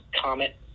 Comet